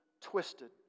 twisted